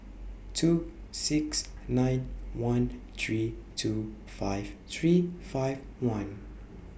two six nine one three two five three five one